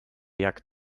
jak